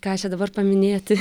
ką čia dabar paminėti